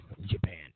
Japan